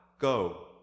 go